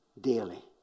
daily